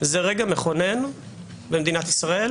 זה רגע מכונן במדינת ישראל,